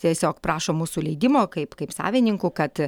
tiesiog prašo mūsų leidimo kaip kaip savininkų kad